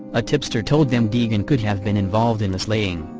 a tipster told them degan could have been involved in the slaying.